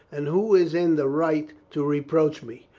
and who is in the right to reproach me?